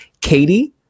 Katie